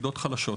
רעידות חלשות,